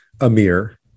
Amir